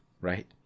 right